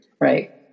Right